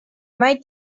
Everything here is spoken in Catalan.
mai